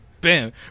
Bam